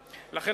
כאמור.